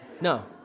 No